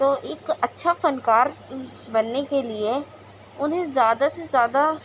تو اک اچھا فنکار بننے کے لیے انہیں زیادہ سے زیادہ